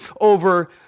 over